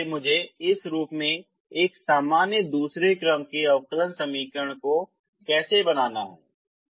सबसे पहले मुझे इस रूप में एक सामान्य दूसरे क्रम के अवकलन समीकरण को कैसे बनाना है